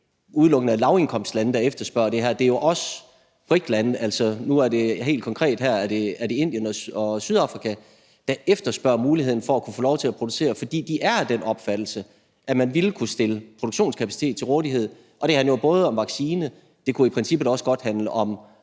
udelukkende er lavindkomstlande, der efterspørger det her. Det er jo også BRIKS-lande – nu er det helt konkret her Indien og Sydafrika – der efterspørger muligheden for at få lov til at producere, fordi de er af den opfattelse, at de ville kunne stille produktionskapacitet til rådighed. Det handler om vaccine, og det kunne i princippet også handle om